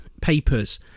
papers